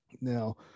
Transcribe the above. Now